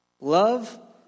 Love